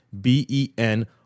B-E-N